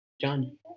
John